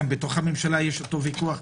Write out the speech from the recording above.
גם בתוך הממשלה יש אותו ויכוח.